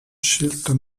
scelto